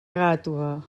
gàtova